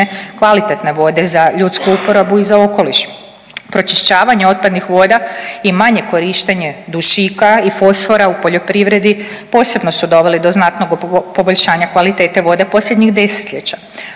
kvalitetne vode za ljudsku uporabu i za okoliš. Pročišćavanje otpadnih voda i manje korištenje dušika i fosfora u poljoprivredi posebno su doveli do znatnog poboljšanja kvalitete vode posljednjih 10-ljeća,